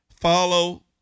follow